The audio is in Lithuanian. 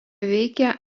veikė